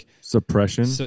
Suppression